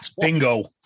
Bingo